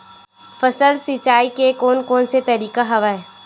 फसल सिंचाई के कोन कोन से तरीका हवय?